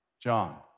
John